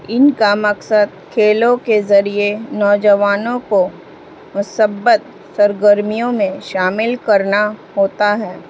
ان کا مقصد کھیلوں کے ذریعے نوجوانوں کو مثبت سرگرمیوں میں شامل کرنا ہوتا ہے